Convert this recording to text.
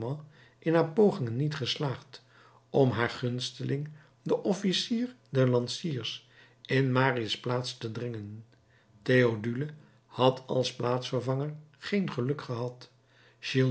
in haar pogingen niet geslaagd om haar gunsteling den officier der lansiers in marius plaats te dringen theodule had als plaatsvervanger geen geluk gehad